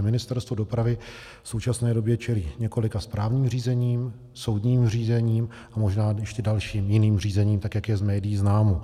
Ministerstvo dopravy v současné době čelí několika správním řízením, soudním řízením a možná ještě dalším jiným řízením, jak je z médií známo.